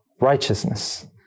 righteousness